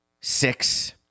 six